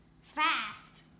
fast